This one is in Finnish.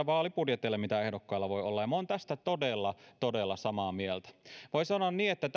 vaalibudjeteille mitä ehdokkailla voi olla ja olen tästä todella todella samaa mieltä voi sanoa niin että